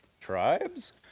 tribes